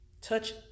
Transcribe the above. Touch